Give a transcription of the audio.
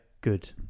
good